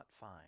fine